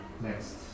Next